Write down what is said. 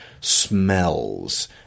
smells